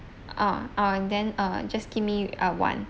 ah oh and then uh just give me uh one